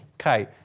Okay